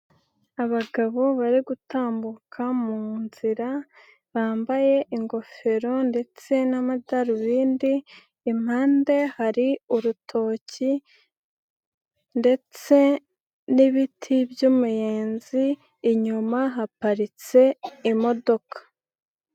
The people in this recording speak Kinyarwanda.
Abagabo bari gutambuka mu inzira bambaye ingofero ndetse n'amadarubindi, impande hari urutoki ndetse n'ibiti by'umuyenzi, inyuma haparitse imodoka.